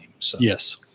Yes